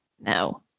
No